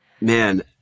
Man